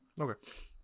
okay